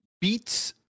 beats